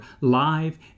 live